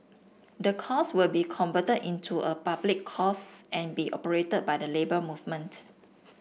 the course will be converted into a public course and be operated by the Labour Movement